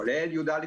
כולל י"א,